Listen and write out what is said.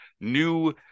new